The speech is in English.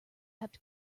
kept